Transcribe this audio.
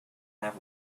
have